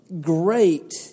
great